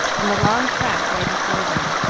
and the long track lay before them,